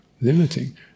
limiting